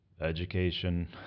education